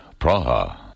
Praha